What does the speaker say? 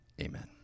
amen